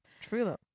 True